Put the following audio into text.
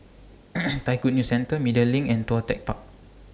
Thai Good News Centre Media LINK and Tuas Tech Park